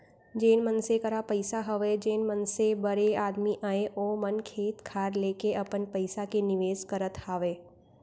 जेन मनसे करा पइसा हवय जेन मनसे बड़े आदमी अय ओ मन खेत खार लेके अपन पइसा के निवेस करत हावय